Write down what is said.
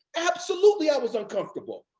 absolutely, i was uncomfortable,